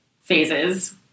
phases